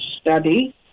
study